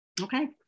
Okay